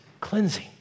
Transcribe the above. cleansing